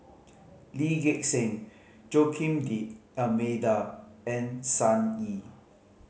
Lee Gek Seng Joaquim D'Almeida and Sun Yee